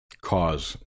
cause